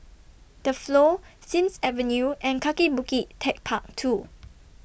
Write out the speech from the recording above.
The Flow Sims Avenue and Kaki Bukit Techpark two